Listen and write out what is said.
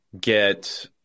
get